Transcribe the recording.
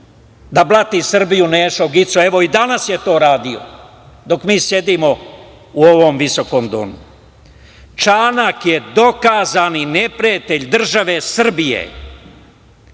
da blati Srbiju „Nešo gicoje“, a evo i danas je to radio, dok mi sedimo u ovom visokom domu. Čanak je dokazani neprijatelj države Srbije,